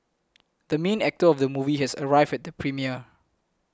the main actor of the movie has arrived at the premiere